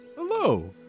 Hello